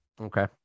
okay